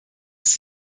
ist